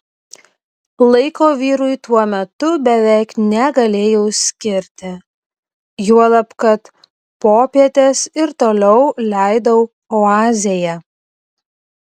laiko vyrui tuo metu beveik negalėjau skirti juolab kad popietes ir toliau leidau oazėje